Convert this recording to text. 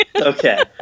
Okay